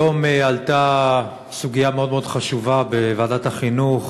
היום עלתה סוגיה מאוד מאוד חשובה בוועדת החינוך